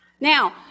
Now